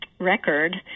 record